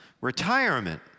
Retirement